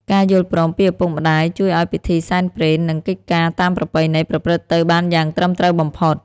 ការយល់ព្រមពីឪពុកម្ដាយជួយឱ្យពិធីសែនព្រេន និងកិច្ចការតាមប្រពៃណីប្រព្រឹត្តទៅបានយ៉ាងត្រឹមត្រូវបំផុត។